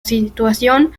situación